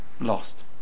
lost